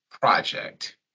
project